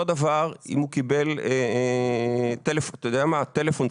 אותו דבר אם הוא קיבל טלפון צמוד,